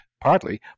partly